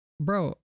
bro